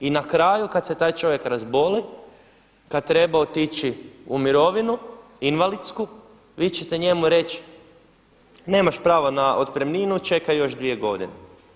I na kraju kad se taj čovjek razboli, kad treba otići u mirovinu invalidsku vi ćete njemu reći nemaš pravo na otpremninu, čekaj još dvije godine.